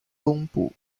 东部